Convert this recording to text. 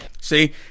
See